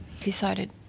decided